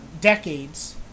Decades